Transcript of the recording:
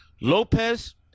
Lopez